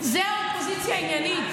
זאת אופוזיציה עניינית,